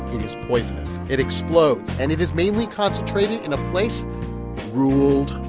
it is poisonous. it explodes. and it is mainly concentrated in a place ruled